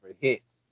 hits